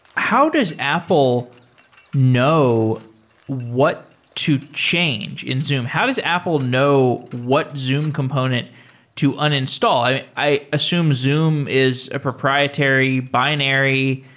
how does apple know what to change in zoom? how does apple know what zoom component to uninstall? i i assume zoom is a proprietary binary.